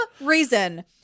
reason—